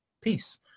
Peace